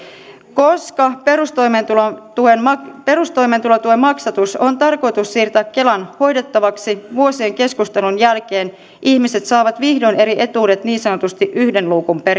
koska perustoimeentulotuen maksatus perustoimeentulotuen maksatus on tarkoitus siirtää kelan hoidettavaksi vuosien keskustelun jälkeen ihmiset saavat vihdoin eri etuudet niin sanotusti yhden luukun